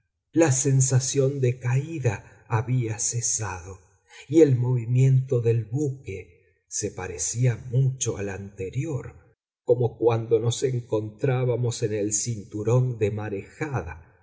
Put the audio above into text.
la sensación de caída había cesado y el movimiento del buque se parecía mucho al anterior como cuando nos encontrábamos en el cinturón de marejada